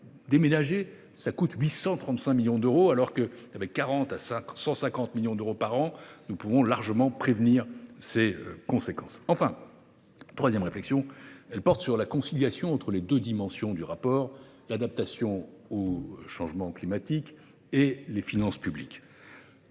déménager, cela coûte 835 millions d’euros, alors qu’avec 40 millions à 150 millions d’euros par an, nous pouvons largement prévenir les conséquences de ce processus. Enfin, ma troisième réflexion porte sur la conciliation entre les deux dimensions du rapport : l’adaptation au changement climatique et les finances publiques.